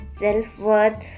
self-worth